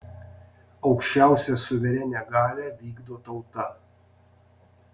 aukščiausią suverenią galią vykdo tauta